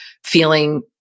feeling